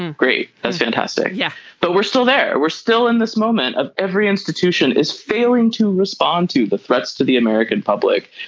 and great. that's fantastic. yeah but we're still there. we're still in this moment. every institution is failing to respond to the threats to the american public.